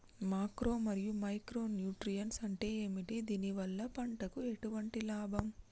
Macro మరియు micro nutrients అంటే ఏమిటి? దీనివల్ల పంటకు ఎటువంటి లాభం?